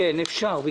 כן, אפשר.